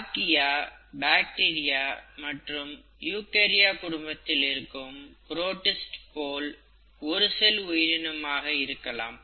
archaea bacteria மற்றும் eukarya குடும்பத்தில் இருக்கும் புரோடிஸ்ட் போல் ஒரு செல் உயிரினமாக இருக்கலாம்